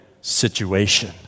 situation